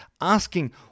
Asking